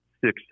six